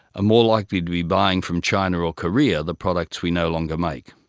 ah more likely to be buying from china or korea the products we no longer make.